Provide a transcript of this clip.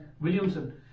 Williamson